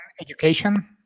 education